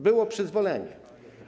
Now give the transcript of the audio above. Było przyzwolenie.